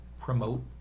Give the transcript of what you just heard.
promote